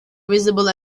visible